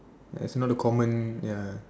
ya its not a common ya